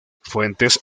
fuentes